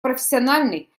профессиональный